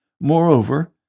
Moreover